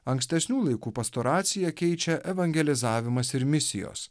ankstesnių laikų pastoraciją keičia evangelizavimas ir misijos